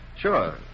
Sure